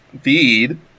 feed